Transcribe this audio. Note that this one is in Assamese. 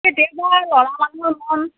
ল'ৰা মানুহৰ মন